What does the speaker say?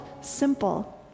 simple